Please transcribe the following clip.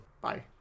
bye